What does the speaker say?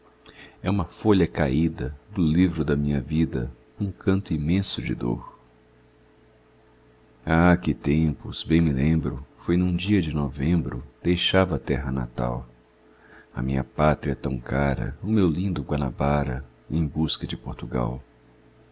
é uma folha caída do livro da minha vida um canto imenso de dor há que tempos bem me lembro foi num dia de novembro deixava a terra natal a minha pátria tão cara o meu lindo guanabara em busca de portugal